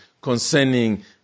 concerning